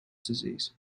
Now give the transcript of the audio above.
disease